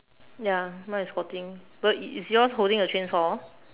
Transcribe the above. ya mine is squatting but is is yours holding a chainsaw